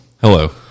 Hello